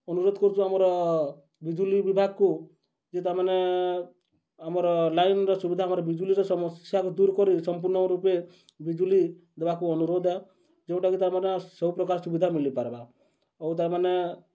ଅନୁରୋଧ କରୁଛୁ ଆମର ବିଜୁଲି ବିଭାଗକୁ ଯିଏ ତାମାନେ ଆମର ଲାଇନର ସୁବିଧା ଆମର ବିଜୁଲିର ସମସ୍ୟାକୁ ଦୂର କରି ସମ୍ପୂର୍ଣ୍ଣ ରୂପେ ବିଜୁଲି ଦେବାକୁ ଅନୁରୋଧ ଯେଉଁଟାକି ତାରମାନେ ସବୁ ପ୍ରକାର ସୁବିଧା ମିଲିପାରବା ଆଉ ତାମାନେ